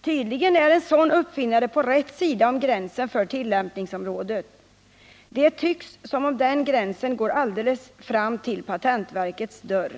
Tydligen är en sådan uppfinnare på rätt sida om gränsen för tillämpningsområdet. Det tycks som om den gränsen går alldeles framför patentverkets dörr.